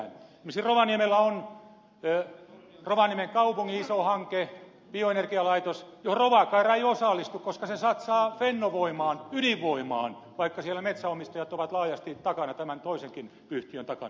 esimerkiksi rovaniemellä on rovaniemen kaupungin iso hanke bioenergialaitos johon rovakaira ei osallistu koska se satsaa fennovoimaan ydinvoimaan vaikka siellä metsänomistajat ovat laajasti tämän toisenkin yhtiön takana